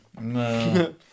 No